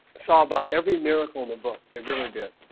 saw about every miracle in the book they really did